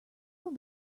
will